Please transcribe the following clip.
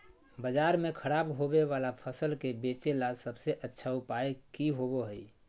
बाजार में खराब होबे वाला फसल के बेचे ला सबसे अच्छा उपाय की होबो हइ?